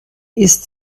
ist